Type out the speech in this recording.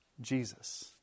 Jesus